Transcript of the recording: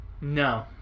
no